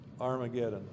Armageddon